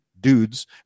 dudes